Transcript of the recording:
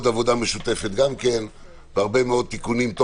עבודה משותפת גם כן והרבה מאוד תיקונים.